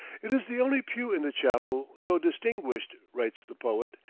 it is the only pew in the chapel so distinguished, writes the poet,